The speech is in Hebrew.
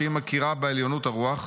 שהיא מכירה ב"עליונות הרוח",